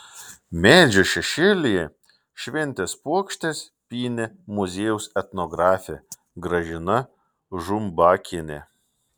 medžio šešėlyje šventės puokštes pynė muziejaus etnografė gražina žumbakienė